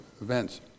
events